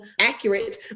accurate